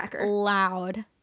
loud